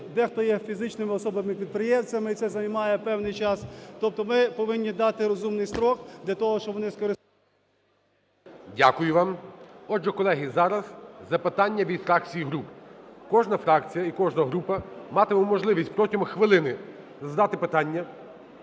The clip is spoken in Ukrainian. дехто є фізичними особами-підприємцями, і це займає певний час. Тобто ми повинні дати розумний строк для того, щоб вони… ГОЛОВУЮЧИЙ. Дякую вам. Отже, колеги, зараз запитання від фракцій і груп. Кожна фракція і кожна група матиме можливість протягом хвилини задати питання